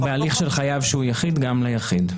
בהליך של חייב שהוא יחיד, גם ליחיד.